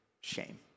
shame